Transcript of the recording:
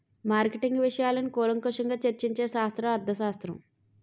marketing విషయాలను కూలంకషంగా చర్చించే శాస్త్రం అర్థశాస్త్రం